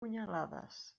punyalades